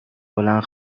بلند